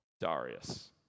Darius